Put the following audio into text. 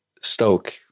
Stoke